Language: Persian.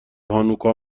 هانوکا